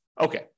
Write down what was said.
Okay